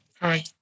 Hi